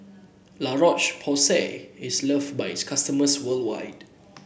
La Roche Porsay is loved by its customers worldwide